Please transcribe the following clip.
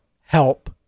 help